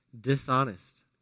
dishonest